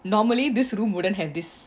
normally this room wouldn't have this